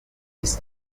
his